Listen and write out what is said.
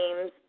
teams